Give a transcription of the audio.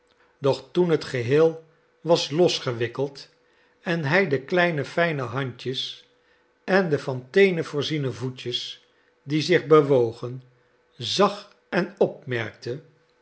doch toen het geheel was losgewikkeld en hij de kleine fijne handjes en de van teenen voorziene voetjes die zich bewogen zag en opmerkte